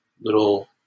little